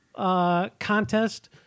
Contest